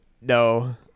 no